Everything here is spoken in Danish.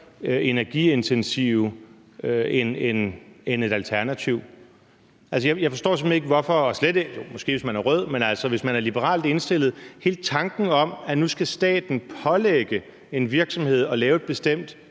energiintensive end et alternativ? Jeg forstår simpelt hen ikke, hvorfor man har hele tanken om – jo, måske hvis man er rød, men ikke, hvis man er liberalt indstillet – at nu skal staten pålægge en virksomhed at lave et bestemt